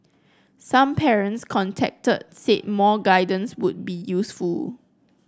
some parents contacted said more guidance would be useful